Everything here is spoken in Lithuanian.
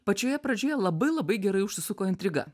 pačioje pradžioje labai labai gerai užsisuko intriga